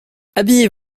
habillez